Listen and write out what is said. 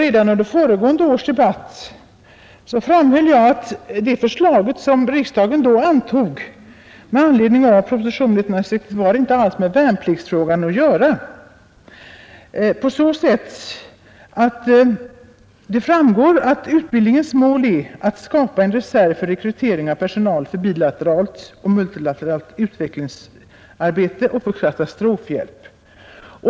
Redan under föregående års debatt framhöll jag att det förslag, som riksdagen då antog med anledning av propositionen 162, inte alls hade med värnpliktsfrågan att göra, eftersom det framgick att utbildningens mål är att skapa en reserv för rekrytering av personal för bilateralt och multilateralt utvecklingsarbete och för katastrofhjälp.